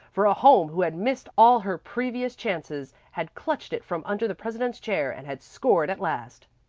for a home who had missed all her previous chances had clutched it from under the president's chair and had scored at last.